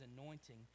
anointing